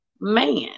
man